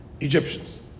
Egyptians